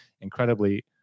incredibly